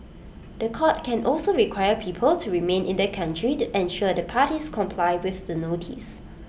The Court can also require people to remain in the country to ensure the parties comply with the notice